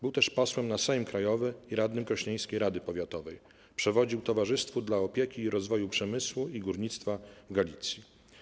Był też posłem na Sejm Krajowy i radnym krośnieńskiej rady powiatowej, przewodził Towarzystwu dla Opieki i Rozwoju Przemysłu i Górnictwa w Galicji.